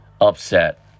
upset